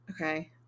Okay